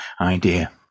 idea